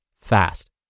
fast